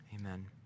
Amen